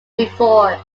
before